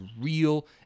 real